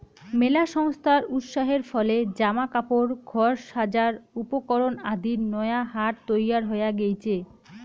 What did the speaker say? মেলা সংস্থার উৎসাহের ফলে জামা কাপড়, ঘর সাজার উপকরণ আদির নয়া হাট তৈয়ার হয়া গেইচে